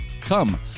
Come